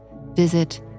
visit